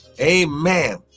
Amen